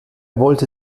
wollte